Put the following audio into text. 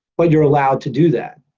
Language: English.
but you're allowed to do that.